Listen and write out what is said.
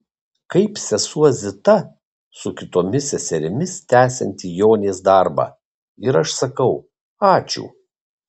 kaip sesuo zita su kitomis seserimis tęsianti jonės darbą ir aš sakau ačiū